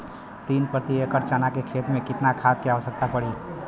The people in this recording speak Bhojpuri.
तीन प्रति एकड़ चना के खेत मे कितना खाद क आवश्यकता पड़ी?